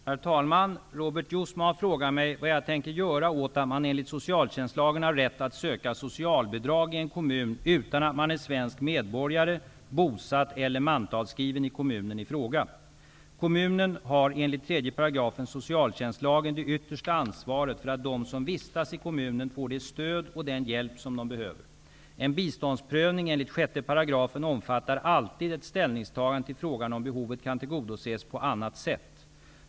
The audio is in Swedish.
Herr talman! Robert Jousma har frågat mig vad jag tänker göra åt att man enligt socialtjänstlagen har rätt att söka socialbidrag i en kommun utan att man är svensk medborgare, bosatt eller mantalsskriven i kommunen i fråga. Kommunen har enligt 3 § socialtjänstlagen det yttersta ansvaret för att de som vistas i kommunen får det stöd och den hjälp de behöver. En biståndsprövning enligt 6 § omfattar alltid ett ställningstagande till frågan om behovet kan tillgodoses på annat sätt.